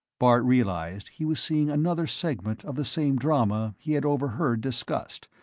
bart realized he was seeing another segment of the same drama he had overheard discussed,